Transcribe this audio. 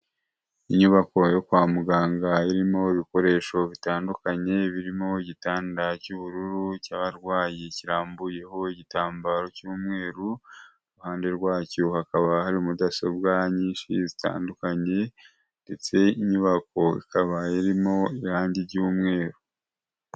Inyubako yo kwa muganga irimo ibikoresho bitandukanye birimo igitanda cy'ubururu cy'abarwayi kirambuyeho igitambaro cy'umweru, iruhande rwacyo hakaba hari mudasobwa nyinshi zitandukanye ndetse inyubako ikaba irimo irangi ry'umweru.